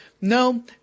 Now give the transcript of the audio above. no